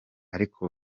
ariko